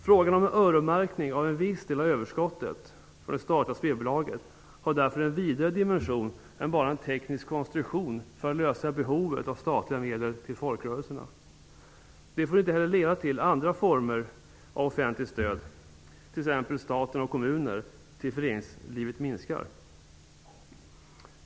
Frågan om öronmärkning av en viss del av överskottet från det statliga spelbolaget har därför en vidare dimension än bara en teknisk konstruktion för att lösa behovet av statliga medel till folkrörelserna. Det får inte heller leda till att andra former av offentligt stöd, t.ex. från staten och kommuner, till föreningslivet minskar.